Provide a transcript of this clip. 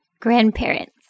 grandparents